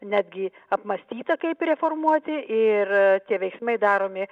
netgi apmąstyta kaip reformuoti ir tie veiksmai daromi